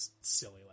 silly